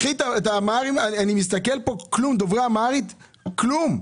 אני מסתכל כאן לדוברי אמהרית אין פה כלום.